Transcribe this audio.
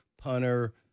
punter